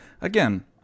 again